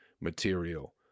material